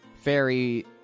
fairy